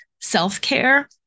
self-care